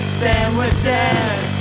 sandwiches